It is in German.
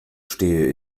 stehe